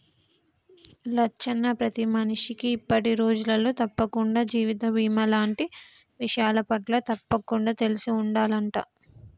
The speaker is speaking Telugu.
లచ్చన్న ప్రతి మనిషికి ఇప్పటి రోజులలో తప్పకుండా జీవిత బీమా లాంటి విషయాలపట్ల తప్పకుండా తెలిసి ఉండాలంట